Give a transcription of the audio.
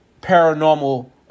paranormal